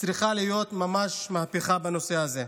צריכה להיות ממש מהפכה בנושא הזה.